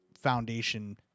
Foundation